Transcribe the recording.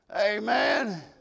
Amen